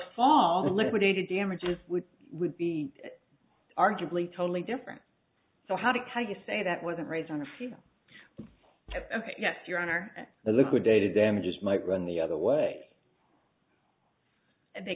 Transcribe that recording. fall liquidated damages would would be arguably totally different so how do you say that wasn't raised on a fee yes your honor the liquidated damages might run the other way